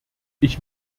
ich